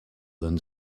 than